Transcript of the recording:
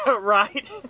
Right